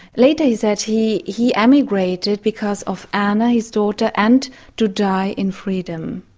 later he said he he emigrated because of anna his daughter and to die in freedom.